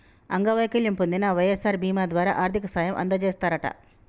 అంగవైకల్యం పొందిన వై.ఎస్.ఆర్ బీమా ద్వారా ఆర్థిక సాయం అందజేస్తారట